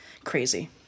Crazy